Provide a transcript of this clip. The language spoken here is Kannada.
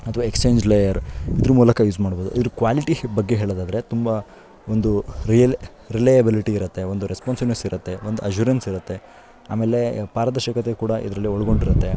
ಅಥವಾ ಎಕ್ಸ್ಚೇಂಜ್ಡ್ ಲೇಯರ್ ಇದರ ಮೂಲಕ ಯೂಸ್ ಮಾಡ್ಬೋದು ಇದರ ಕ್ವಾಲಿಟಿ ಬಗ್ಗೆ ಹೇಳೋದಾದ್ರೆ ತುಂಬ ಒಂದು ರಿಯಲ್ ರಿಲಯಬಿಲಿಟಿ ಇರುತ್ತೆ ಒಂದು ರೆಸ್ಪಾನ್ಸಿವ್ನೆಸ್ ಇರುತ್ತೆ ಒಂದು ಅಶ್ಶುರೆನ್ಸ್ ಇರುತ್ತೆ ಅಮೇಲೆ ಪಾರದರ್ಶಕತೆ ಕೂಡ ಇದರಲ್ಲಿ ಒಳಗೊಂಡಿರುತ್ತೆ